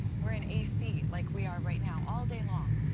we're in ac, like we are right now all day long.